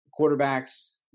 Quarterbacks